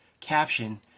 caption